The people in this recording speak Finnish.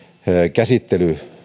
käsittely